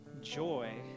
joy